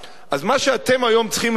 אז מה שאתם צריכים היום לעשות,